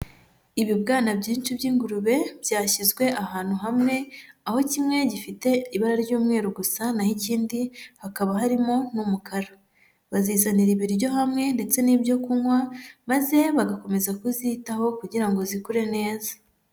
Ibibwana byinshi by'ingurube byashyizwe ahantu hamwe, aho kimwe gifite ibara ry'umweru gusa na ho ikindi hakaba harimo n'umukara. Bazizanira ibiryo hamwe ndetse n'ibyo kunywa maze bagakomeza kuzitaho kugira ngo zikure neza.